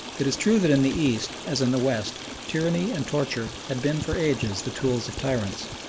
it is true that in the east, as in the west, tyranny and torture had been for ages the tools of tyrants,